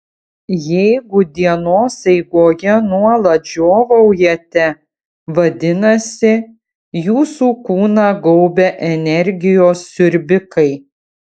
jeigu dienos eigoje nuolat žiovaujate vadinasi jūsų kūną gaubia energijos siurbikai